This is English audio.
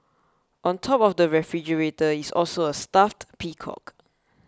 on top of the refrigerator is also a stuffed peacock